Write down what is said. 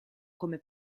come